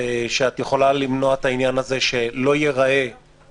שאת יכולה למנוע את העניין שלא ייראה